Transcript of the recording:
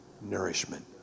nourishment